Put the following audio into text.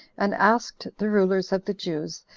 and asked the rulers of the jews,